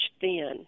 thin